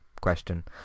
question